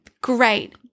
Great